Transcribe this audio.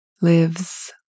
lives